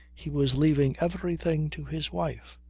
he was leaving everything to his wife.